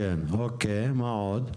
אוקיי, מה עוד?